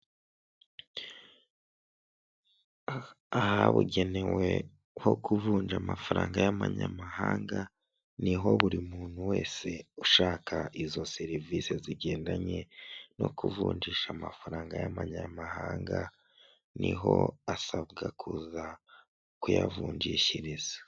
Ahabugenewe ho kuvunja amafaranga y'amanyamahanga, niho buri muntu wese ushaka izo serivisi zigendanye no kuvunjisha amafaranga y'abamanyamahanga, niho asabwa kuza kuyavunjishiriza.